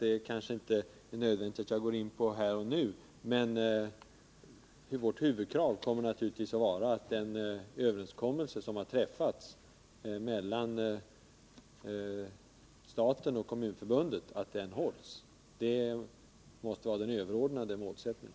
Det kanske inte är nödvändigt att jag här och nu går in på exakt vad som då kommer att sägas. Men vårt huvudkrav kommer naturligtvis att vara att den överenskommelse som har träffats mellan staten och Kommunförbundet hålls. Det måste vara den överordnade målsättningen.